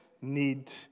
need